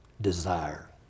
desire